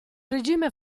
regime